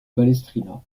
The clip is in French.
palestrina